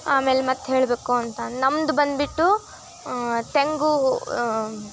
ಆಮೇಲೆ ಮತ್ತೆ ಹೇಳಬೇಕು ಅಂತ ಅನ್ನು ನಮ್ದು ಬಂದುಬಿಟ್ಟು ತೆಂಗು